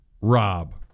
Rob